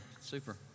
Super